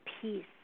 peace